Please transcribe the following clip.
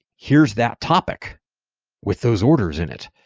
here's that topic with those orders in it.